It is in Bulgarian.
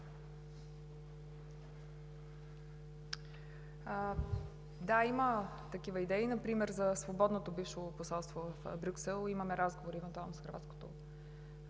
Да, има такива идеи – например за свободното бивше посолство в Брюксел. Имаме разговори евентуално с хърватското